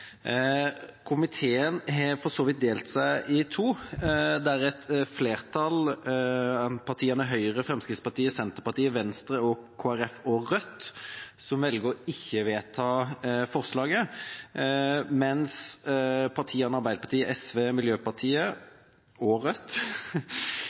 Komiteen har for så vidt delt seg i to, der et flertall, partiene Høyre, Fremskrittspartiet, Senterpartiet, Venstre, Kristelig Folkeparti og Rødt, velger ikke å vedta forslaget, mens partiene Arbeiderpartiet, SV, Miljøpartiet